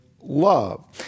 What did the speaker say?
love